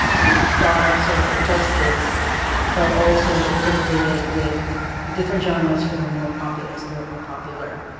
a thought of social justice but also integrate it with different genres that are more populist or or popular.